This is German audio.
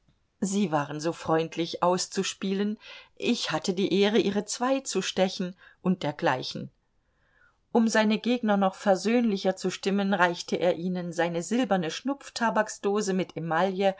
sie waren so freundlich auszuspielen ich hatte die ehre ihre zwei zu stechen und dergleichen um seine gegner noch versöhnlicher zu stimmen reichte er ihnen seine silberne schnupftabaksdose mit emaille